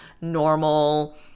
normal